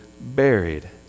buried